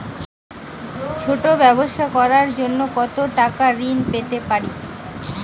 ছোট ব্যাবসা করার জন্য কতো টাকা ঋন পেতে পারি?